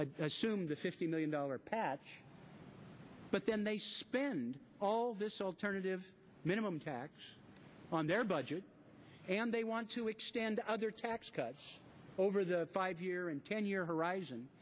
sume the fifty million dollars pat but then they spend all this alternative minimum tax on their budget and they want to extend their tax cuts over the five year and ten year horizon